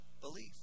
belief